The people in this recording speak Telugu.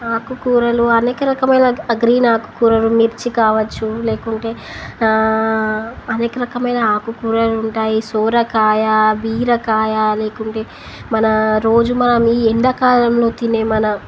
ఆకుకూరలు అనేక రకమైన గ్రీన్ ఆకుకూరలు మిర్చి కావచ్చు లేకుంటే అనేక రకమైన ఆకుకూరలు ఉంటాయి సోరకాయ వీరకాయ లేకుంటే మన రోజు మనం ఎండాకాలంలో తినే మన